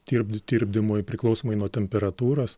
tirp tirpdymui priklausomai nuo temperatūros